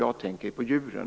Jag tänker på djuren.